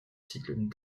cycle